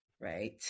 Right